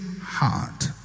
heart